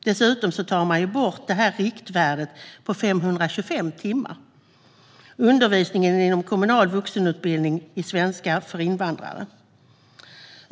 Dessutom tar man bort riktvärdet på 525 timmar för undervisning inom kommunal vuxenutbildning i svenska för invandrare.